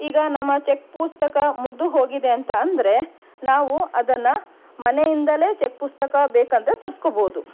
ಈಗ ನಮ್ಮ ಚೆಕ್ ಪುಸ್ತಕ ಮುಗಿದು ಹೋಗಿದೆ ಅಂತ ಅಂದರೆ ನಾವು ಅದನ್ನು ಮನೆಯಿಂದಲೇ ಚೆಕ್ ಪುಸ್ತಕ ಬೇಕೆಂದರೆ ತರ್ಸ್ಕೊಬೋದು